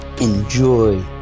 enjoy